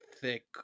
thick